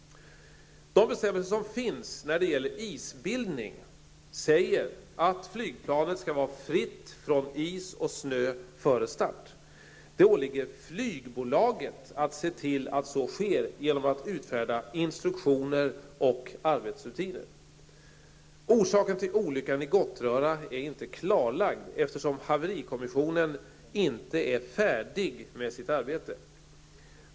De bestämmelser som finns när det gäller isbildning säger att flygplanet skall vara fritt från is och snö före start. Det åligger flygbolaget att se till att så sker genom att utfärda instruktioner och arbetsrutiner. Orsaken till olyckan i Gottröra är inte klarlagd eftersom haverikommissionen inte är färdig med sitt arbete.